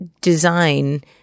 design